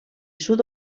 sud